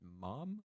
mom